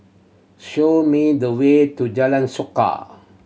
show me the way to Jalan Suka